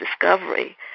discovery